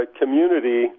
community